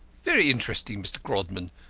very interesting, mr. grodman,